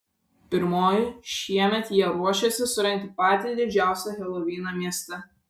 pirmoji šiemet jie ruošiasi surengti patį didžiausią helovyną mieste